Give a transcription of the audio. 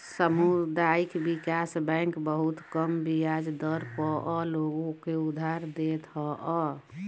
सामुदायिक विकास बैंक बहुते कम बियाज दर पअ लोग के उधार देत हअ